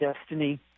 destiny